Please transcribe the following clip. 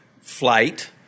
flight